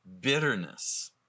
bitterness